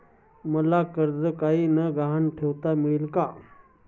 मला कर्ज काही गहाण न ठेवता मिळेल काय?